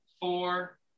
four